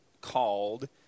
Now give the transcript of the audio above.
called